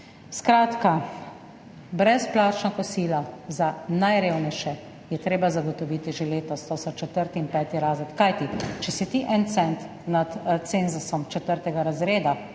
Skratka, brezplačna kosila za najrevnejše je treba zagotoviti že letos, to so četrti in peti razred. Kajti če si ti en cent nad cenzusom četrtega razreda,